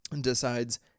decides